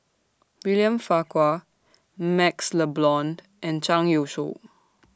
William Farquhar MaxLe Blond and Zhang Youshuo